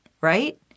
Right